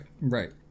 right